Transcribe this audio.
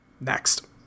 Next